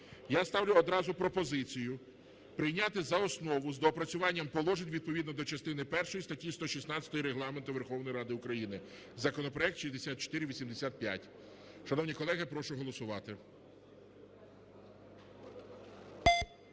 Я ставлю одразу пропозицію прийняти за основу з доопрацюванням положень відповідно до частини першої статті 116 Регламенту Верховної Ради України законопроект 6485. Шановні колеги, прошу голосувати.